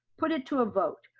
put it to a vote.